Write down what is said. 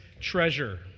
treasure